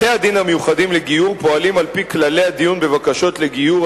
בתי-הדין המיוחדים לגיור פועלים על-פי כללי הדיון בבקשות לגיור,